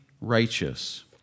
righteous